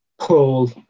Paul